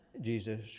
Jesus